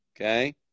okay